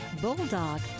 bulldog